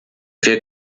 wir